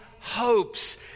hopes